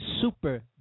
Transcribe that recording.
super